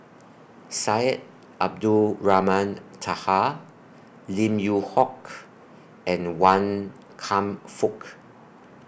Syed Abdulrahman Taha Lim Yew Hock and Wan Kam Fook